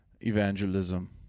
evangelism